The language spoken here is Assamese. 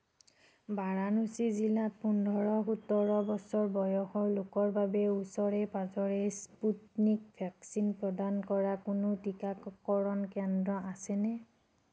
বাৰাণসী জিলাত পোন্ধৰ সোতৰ বছৰ বয়সৰ লোকৰ বাবে ওচৰে পাঁজৰে স্পুটনিক ভেকচিন প্ৰদান কৰা কোনো টীকাকৰণ কেন্দ্ৰ আছেনে